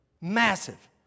Massive